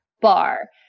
bar